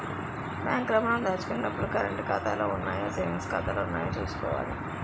bank లో మనం దాచుకున్న డబ్బులు కరంటు ఖాతాలో ఉన్నాయో సేవింగ్స్ ఖాతాలో ఉన్నాయో చూసుకోవాలి